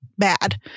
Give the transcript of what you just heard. bad